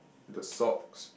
the socks